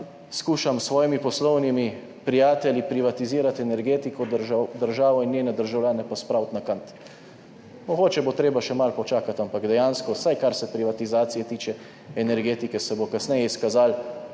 skušam s svojimi poslovnimi prijatelji privatizirati energetiko, državo in njene državljane pospraviti na kant. Mogoče bo treba še malo počakati, ampak dejansko, vsaj kar se privatizacije tiče, energetike, se bo kasneje izkazalo.